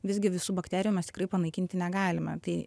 visgi visų bakterijų mes tikrai panaikinti negalime tai